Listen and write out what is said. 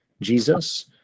Jesus